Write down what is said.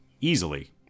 easily